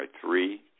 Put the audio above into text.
three